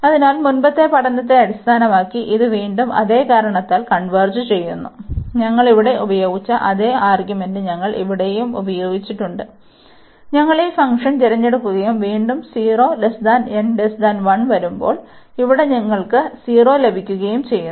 അതിനാൽ മുമ്പത്തെ പഠനത്തെ അടിസ്ഥാനമാക്കി ഇത് വീണ്ടും അതേ കാരണതാൽ കൺവെർജ് ചെയ്യുന്നു ഞങ്ങൾ ഇവിടെ ഉപയോഗിച്ച അതേ ആർഗ്യുമെൻറ് ഞങ്ങൾ ഇവിടെയും ഉപയോഗിച്ചിട്ടുണ്ട് ഞങ്ങൾ ഈ ഫംഗ്ഷൻ തിരഞ്ഞെടുക്കുകയും വീണ്ടും 0 n 1 വരുമ്പോൾ ഇവിടെ നിങ്ങൾക്ക് 0 ലഭിക്കുകയും ചെയ്യും